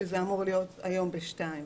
שפתאום זה אמור להיות היום ב-14:00.